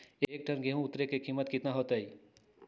एक टन गेंहू के उतरे के कीमत कितना होतई?